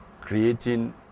creating